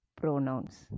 pronouns